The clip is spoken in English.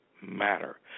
matter